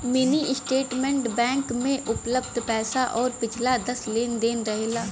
mini statement bank में उपलब्ध पैसा आउर पिछला दस लेन देन रहेला